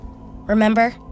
remember